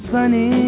Sunny